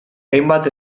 hainbat